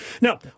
Now